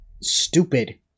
stupid